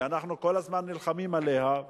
שאנחנו כל הזמן נלחמים עליה,